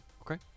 Okay